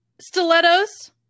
Stilettos